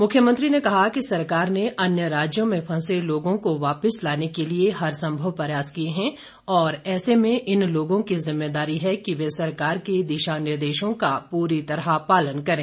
मुख्यमंत्री ने कहा कि सरकार ने अन्य राज्यों में फंसे लोगों को वापिस लाने के लिए हर संभव प्रयास किए हैं और ऐसे में इन लोगों की जिम्मेदारी है कि वे सरकार के दिशा निर्देशों का पूरी तरह पालन करें